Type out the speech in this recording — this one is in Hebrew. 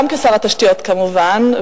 גם כשר התשתיות כמובן,